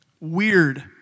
Weird